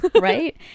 right